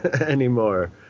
anymore